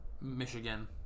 Michigan